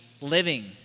living